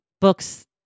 books